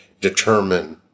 determine